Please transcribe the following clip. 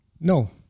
No